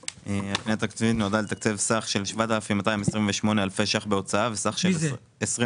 הפנייה התקציבית נועדה לתקצב סך של 7,228 אלפי ₪ בהוצאה וסך של 27,000